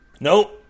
Nope